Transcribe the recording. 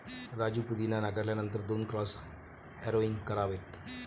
राजू पुदिना नांगरल्यानंतर दोन क्रॉस हॅरोइंग करावेत